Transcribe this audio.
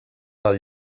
del